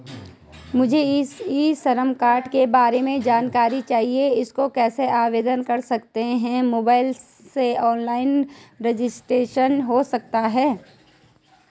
मुझे e Shram card के बारे में जानकारी चाहिए इसको कैसे आवेदन कर सकते हैं मोबाइल से ऑनलाइन रजिस्ट्रेशन हो सकता है?